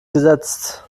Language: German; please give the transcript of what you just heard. gesetzt